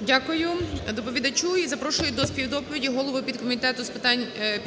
Дякую доповідачу. І запрошую до співдоповіді голову підкомітету